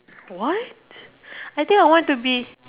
what I think I want to be